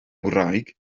ngwraig